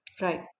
Right